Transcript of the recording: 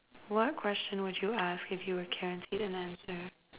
what question would you ask if you're guaranteed an answer